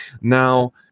now